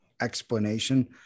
explanation